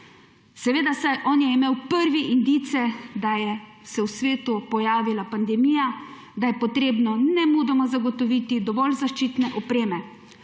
Saj on je imel prvi indice, da se je v svetu pojavila pandemija, da je treba nemudoma zagotoviti dovolj zaščitne opreme.